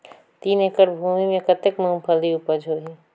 तीन एकड़ भूमि मे कतेक मुंगफली उपज होही?